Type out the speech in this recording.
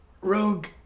Rogue